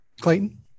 Clayton